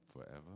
forever